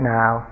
now